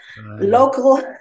local